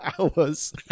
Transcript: hours